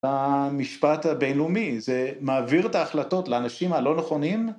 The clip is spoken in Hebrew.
במשפט הבינלאומי, זה מעביר את ההחלטות לאנשים הלא נכונים